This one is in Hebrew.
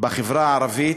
בחברה הערבית,